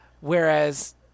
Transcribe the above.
whereas